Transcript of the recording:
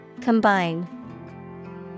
Combine